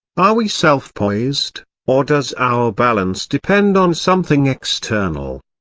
are we self-poised, or does our balance depend on something external?